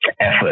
effort